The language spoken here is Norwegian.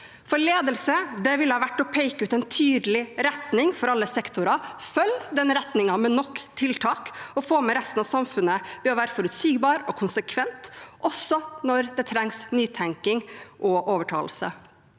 det. Ledelse ville vært å peke ut en tydelig retning for alle sektorer, følge den retningen med nok tiltak og få med resten av samfunnet ved å være forutsigbar og konsekvent, også når det trengs nytenking og overtalelse.